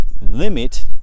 limit